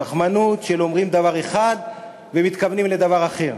תכמנות של, אומרים דבר אחד ומתכוונים לדבר אחר,